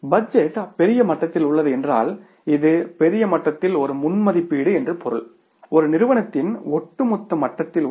budget பெரிய மட்டத்தில் உள்ளது என்றால் இது பெரிய மட்டத்தில் ஒரு முன் மதிப்பீடு என்று பொருள் இது நிறுவனத்தின் ஒட்டுமொத்த மட்டத்தில் உள்ளது